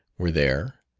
were there.